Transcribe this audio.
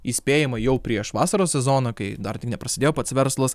įspėjama jau prieš vasaros sezoną kai dar tik neprasidėjo pats verslas